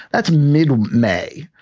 that's mid may.